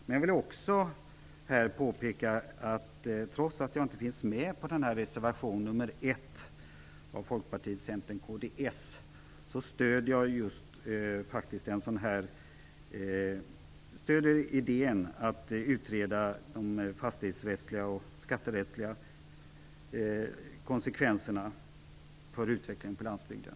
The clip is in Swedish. Men jag vill också påpeka att jag, trots att jag inte finns med som undertecknare av reservation nr 1 från Folkpartiet, Centern och kds, stöder idén om att utreda fastighetsrättsliga och skatterättsliga konsekvenserna när det gäller utvecklingen på landsbygden.